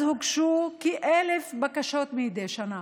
שאז הוגשו כ-1,000 בקשות מדי שנה.